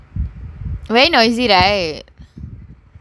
very noisy right